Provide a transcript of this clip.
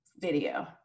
video